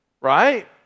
Right